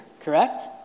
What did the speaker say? correct